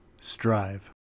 strive